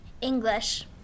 English